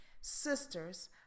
Sisters